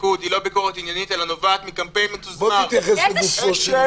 אל תראי את זה,